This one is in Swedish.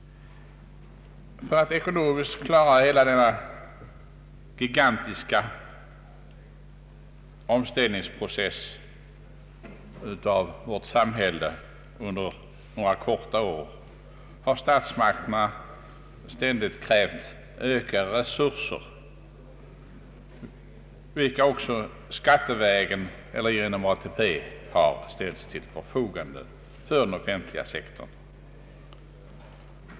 För att ekonomiskt klara hela denna gigantiska omställningsprocess av vårt samhälle under några korta år har statsmakterna ständigt krävt ökade resurser, vilka också skattevägen eller via ATP fonderna har ställts till förfogande för den statliga sektorn.